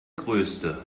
größte